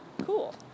cool